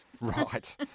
Right